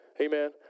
amen